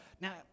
Now